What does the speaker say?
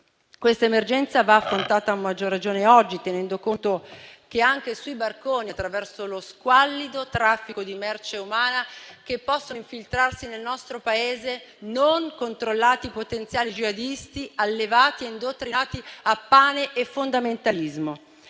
Questa emergenza va affrontata a maggior ragione oggi, tenendo conto che è anche sui barconi, attraverso lo squallido traffico di merce umana, che possono infiltrarsi nel nostro Paese non controllati potenziali jihadisti allevati e indottrinati a pane e fondamentalismo.